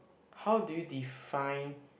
how do you define